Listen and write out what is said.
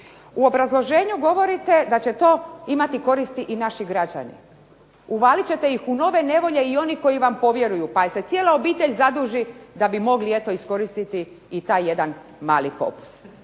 U obrazloženju ogovorite da će to imati koristi i naši građani. Uvalit ćete ih u nove nevolje i oni koji vam povjeruju, pa se cijela obitelj zaduži da bi mogli iskoristiti i taj jedan mali popust.